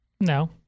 No